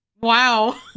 wow